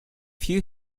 few